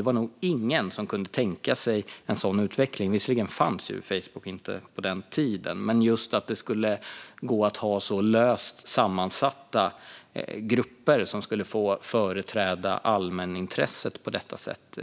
Det var nog ingen som kunde tänka sig en sådan utveckling. Visserligen fanns inte Facebook på den tiden, men det var nog ingen som kunde tänka sig att det skulle gå att ha så löst sammansatta grupper som skulle få företräda allmänintresset på detta sätt.